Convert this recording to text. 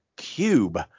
Cube